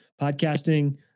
podcasting